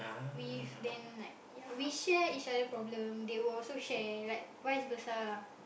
with and then like ya we share each other problem they will also share like vice versa lah